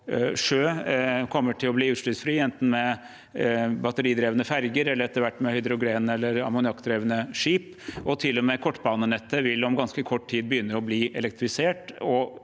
sjø kommer til å bli utslippsfri enten med batteridrevne ferger eller etter hvert med hydrogen- eller ammoniakkdrevne skip. Til og med kortbanenettet vil om ganske kort tid begynne å bli elektrifisert, og